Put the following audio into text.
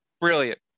brilliant